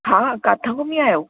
हा हा किथां घुमी आया आहियो